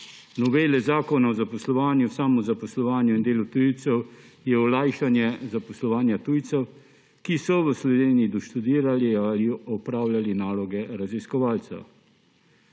novele Zakona o zaposlovanju, samozaposlovanju in delu tujcev je olajšanje zaposlovanja tujcev, ki so v Sloveniji doštudirali ali opravljali naloge raziskovalca.